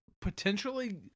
potentially